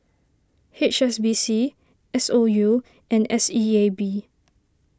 H S B C S O U and S E A B